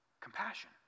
compassion